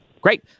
Great